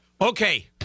Okay